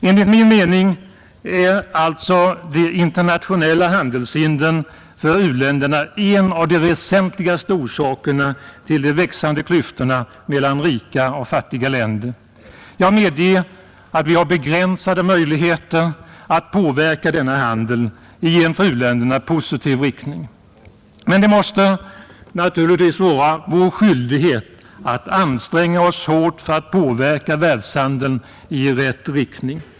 Enligt min mening är alltså de internationella handelshindren för u-länderna en av de väsentligaste orsakerna till de växande klyftorna mellan rika och fattiga länder. Jag medger att vi har begränsade möjligheter att påverka denna handel i en för u-länderna positiv riktning. Men det måste naturligtvis vara vår skyldighet att anstränga oss hårt för att påverka världshandeln i rätt riktning.